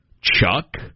Chuck